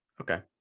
Okay